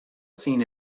seen